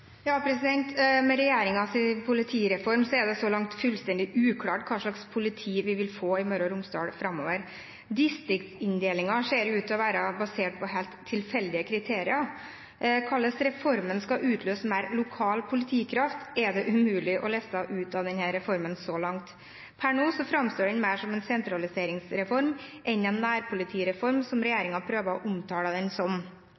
Med regjeringens politireform er det så langt fullstendig uklart hva slags politi vi vil få i Møre og Romsdal framover. Distriktsinndelingen ser ut til å være basert på helt tilfeldige kriterier. Hvordan reformen skal utløse mer lokal politikraft, er det så langt umulig å lese ut av proposisjonen om reformen. Per nå framstår den mer som en sentraliseringsreform enn en nærpolitireform, som regjeringen prøver å omtale den som.